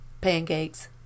pancakes